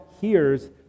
hears